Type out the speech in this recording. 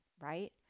right